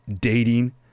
dating